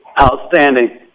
Outstanding